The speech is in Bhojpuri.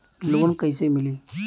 लोन कइसे मिलि?